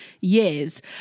years